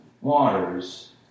waters